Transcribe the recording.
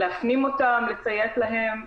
להפנים אותם ולציית להם,